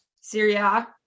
Syria